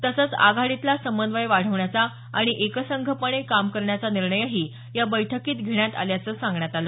तसंच आघाडीतला समन्वय वाढवण्याचा आणि एकसंघपणे काम करण्याचा निर्णयही या बैठकीत घेण्यात आल्याचं सांगण्यात आल